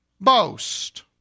boast